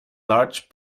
large